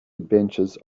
adventures